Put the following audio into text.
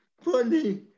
funny